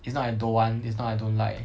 it's not I don't want it's not I don't like